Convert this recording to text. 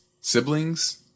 siblings